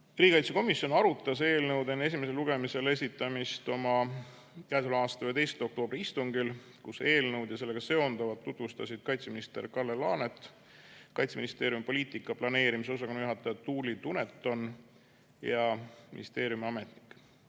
kogemusi. Riigikaitsekomisjon arutas eelnõu enne esimesele lugemisele esitamist oma k.a 11. oktoobri istungil, kus eelnõu ja sellega seonduvat tutvustasid kaitseminister Kalle Laanet, Kaitseministeeriumi poliitika planeerimise osakonna juhataja Tuuli Duneton ja ministeeriumi ametnik.